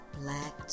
black